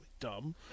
dumb